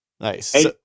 Nice